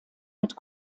mit